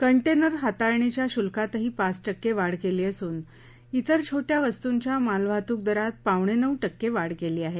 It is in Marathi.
कटेनर हाताळणीच्या शुल्कातही पाच टक्के वाढ केली असून त्रेर छोट्या वस्तूंच्या मालवाहतूक दरात पावणेनऊ टक्के वाढ केली आहे